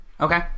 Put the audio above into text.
Okay